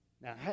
Now